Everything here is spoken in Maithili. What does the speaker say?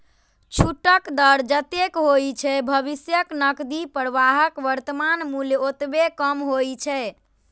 छूटक दर जतेक होइ छै, भविष्यक नकदी प्रवाहक वर्तमान मूल्य ओतबे कम होइ छै